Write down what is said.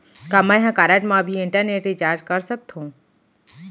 का मैं ह कारड मा भी इंटरनेट रिचार्ज कर सकथो